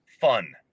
fun